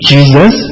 Jesus